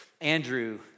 Andrew